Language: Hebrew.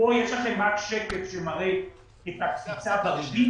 כאן יש לכם שקף שמראה את הקפיצה בריבית.